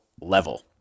level